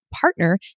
partner